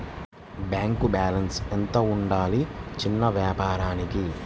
Bank balance ఎంత ఉండాలి చిన్న వ్యాపారానికి?